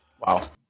Wow